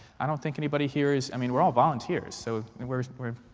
i don't think anybody here is i mean we're all volunteers. so we're we're